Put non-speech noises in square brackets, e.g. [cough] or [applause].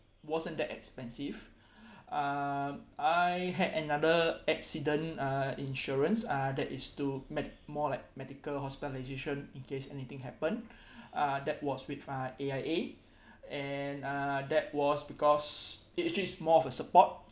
wasn't that expensive [breath] uh I had another accident uh insurance uh that is to med more like medical hospitalisation in case anything happen [breath] that was with uh aia [breath] and uh that was because it actually is more of a support